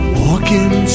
walking